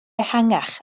ehangach